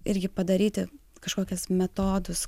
ir jį padaryti kažkokius metodus